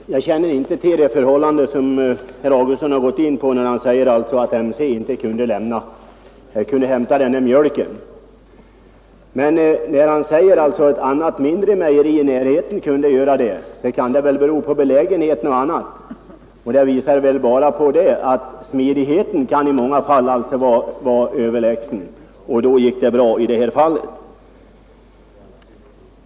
Herr talman! Jag känner inte till det förhållande som herr Augustsson gått in på när han säger att MC inte kunde hämta den där mjölken. Men när han säger att ett annat mindre mejeri i närheten kunde göra det, så kan det väl bero på belägenheten etc., och det visar väl bara att smidighet i många fall kan vara överlägsen. På så sätt gick det bra i detta fall.